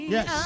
Yes